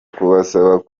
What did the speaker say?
kubasaba